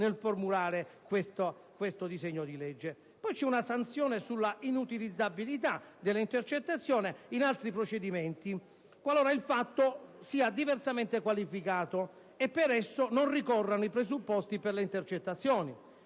nel formulare questo disegno di legge. C'è poi la sanzione dell'inutilizzabilità delle intercettazioni in altri procedimenti, qualora il fatto sia diversamente qualificato e per esso non ricorrano i presupposti per le intercettazioni.